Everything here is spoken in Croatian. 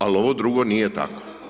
Ali ovo drugo nije tako.